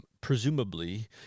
Presumably